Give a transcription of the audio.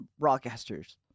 broadcasters